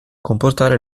comportare